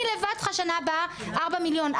אני לבד צריכה שנה הבאה, ארבעה מיליון.